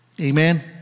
Amen